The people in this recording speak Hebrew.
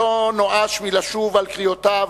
שלא נואש מלשוב על קריאותיו,